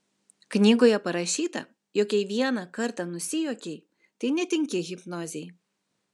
knygoje parašyta jog jei vieną kartą nusijuokei tai netinki hipnozei